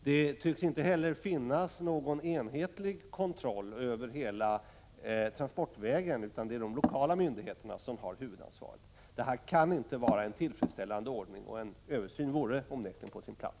Det tycks inte heller finnas någon enhetlig kontroll över hela transportvägen, utan det är de lokala myndigheterna som har huvudansvaret. Det kan inte vara en tillfredsställande ordning. En översyn vore onekligen på sin plats.